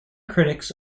critics